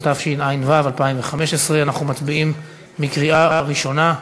התשע"ו 2015. אנחנו מצביעים בקריאה ראשונה.